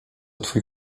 twój